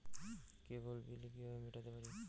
কেবল bill কিভাবে মেটাতে পারি?